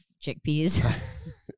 chickpeas